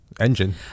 engine